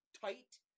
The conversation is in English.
tight